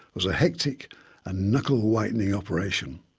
was a hectic and knuckle whitening operation.